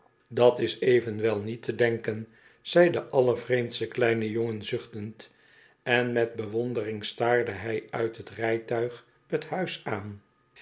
dat s evenwel niet te denken zei de allervreemdste kleine jongen zuchtend en met bewondering staarde hij uit t rijtuig t huis aan